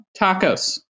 Tacos